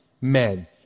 men